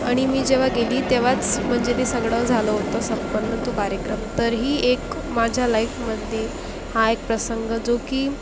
आणि मी जेव्हा गेली तेव्हाच म्हणजे ते सगळं झालं होतं संपन्न तो कार्यक्रम तर ही एक माझ्या लाईफमधली हा एक प्रसंग जो की